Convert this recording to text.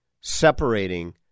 separating